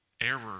error